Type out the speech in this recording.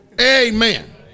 Amen